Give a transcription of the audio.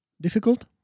difficult